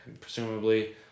Presumably